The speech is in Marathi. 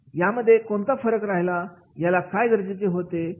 यामध्ये कोणता फरक राहिला याला काय गरजेचे होते